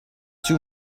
too